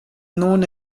known